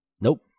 Nope